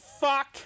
fuck